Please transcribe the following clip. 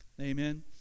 Amen